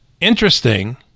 Interesting